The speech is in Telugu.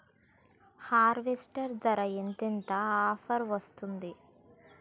హార్వెస్టర్ ధర ఎంత ఎంత ఆఫర్ వస్తుంది?